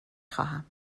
خواهم